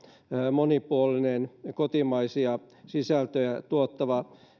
monipuolinen kotimaisia sisältöjä tuottava